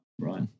right